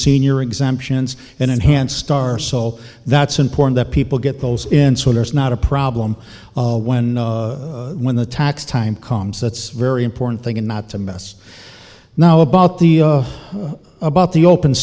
senior exemptions and enhanced are so that's important that people get those in so there's not a problem when when the tax time comes that's very important thing and not to mess now about the about the open